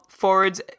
forwards